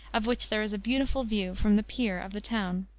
of which there is a beautiful view from the pier of the town.